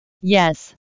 yes